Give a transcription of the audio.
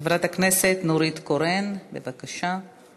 חברת הכנסת נורית קורן, בבקשה.